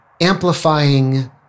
amplifying